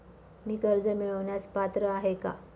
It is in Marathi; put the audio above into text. मी कर्ज मिळवण्यास पात्र आहे का?